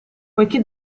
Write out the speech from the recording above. poiché